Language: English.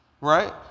Right